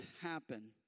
happen